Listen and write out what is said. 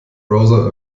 browser